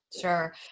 Sure